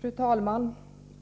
Fru talman!